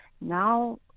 Now